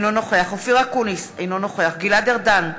אינו נוכח אופיר אקוניס, אינו נוכח גלעד ארדן,